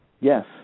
Yes